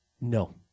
No